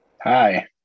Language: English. Hi